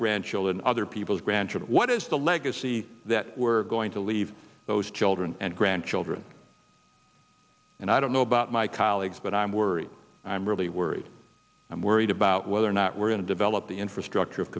grandchildren other people's grandchild what is the legacy that we're going to leave those children and grandchildren and i don't know about my colleagues but i'm worried i'm really worried i'm worried about whether or not we're going to develop the infrastructure of